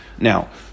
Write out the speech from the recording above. Now